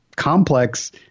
complex